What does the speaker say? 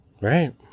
Right